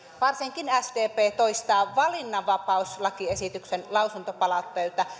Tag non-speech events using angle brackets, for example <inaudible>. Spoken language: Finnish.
varsinkin sdp toistaa valinnanvapauslakiesityksen lausuntopalautteita <unintelligible>